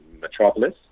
Metropolis